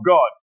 God